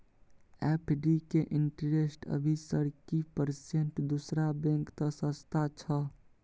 FD के interest अभी सर की परसेंट दूसरा बैंक त सस्ता छः?